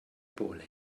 bowling